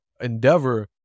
endeavor